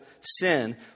sin